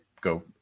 go